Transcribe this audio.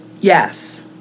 Yes